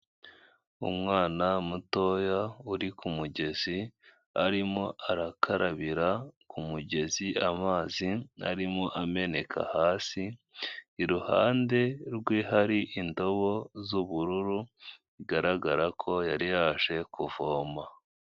Umwana mutoya uri ku mugezi, arimo arakarabira ku mugezi amazi arimo ameneka hasi, iruhande rwe hari indobo z'ubururu, bigaragara ko yari yaje kuvoma.